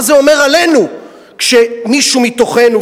מה זה אומר עלינו כשמישהו מתוכנו,